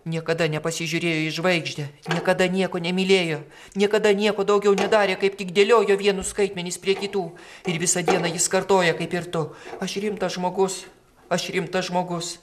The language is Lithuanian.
niekada nepasižiūrėjo į žvaigždę niekada nieko nemylėjo niekada nieko daugiau nedarė kaip tik dėliojo vienus skaitmenis prie kitų ir visą dieną jis kartoja kaip ir tu aš rimtas žmogus aš rimtas žmogus